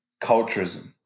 culturism